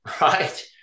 Right